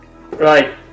Right